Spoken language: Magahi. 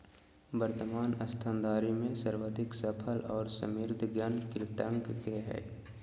वर्तमान स्तनधारी में सर्वाधिक सफल और समृद्ध गण कृंतक के हइ